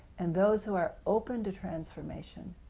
and those who are open to transformation,